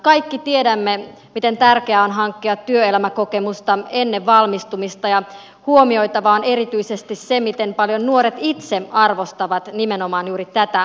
kaikki tiedämme miten tärkeää on hankkia työelämäkokemusta ennen valmistumista ja huomioitavaa on erityisesti se miten paljon nuoret itse arvostavat nimenomaan juuri tätä mahdollisuutta